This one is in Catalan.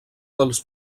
dels